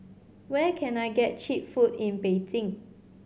where can I get cheap food in Beijing